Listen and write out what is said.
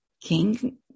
King